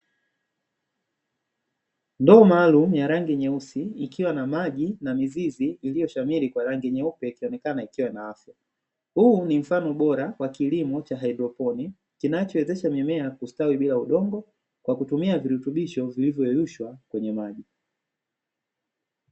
Ndoo maalumu ya rangi nyeusi, ikiwa na maji na mizizi iliyoshamiri kwa rangi nyeupe, ikionekana ikiwa na afya. Huu ni mfano bora wa kilimo cha haidroponi kinachowezesha mimea kustawi bila udongo, kwa kutumia virutubisho vilivyoyeyushwa kwenye maji.